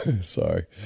Sorry